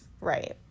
right